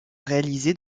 réalisé